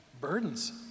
burdens